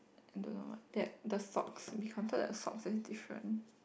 don't know what that the socks we counted the socks as different